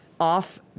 off